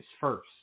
first